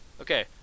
Okay